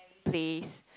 place